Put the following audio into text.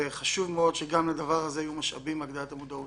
וחשוב מאוד שגם לדבר הזה יהיו משאבים להגדלת המודעות.